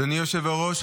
אדוני היושב-ראש,